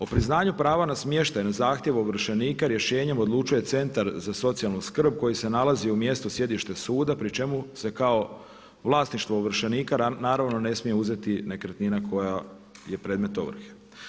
O priznanju prava na smještaj na zahtjev ovršenika rješenjem odlučuje centar za socijalnu skrb koji se nalazi u mjestu, sjedište suda pri čemu se kao vlasništvo ovršenika naravno ne smije uzeti nekretnina koja je predmet ovrhe.